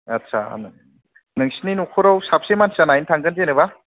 आदसा नोंसिनि न'खराव साबेसे मानसिया नायनो थांगोन जेन'बा